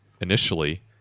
initially